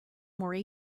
more